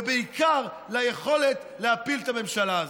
ובעיקר ליכולת להפיל את הממשלה הזאת.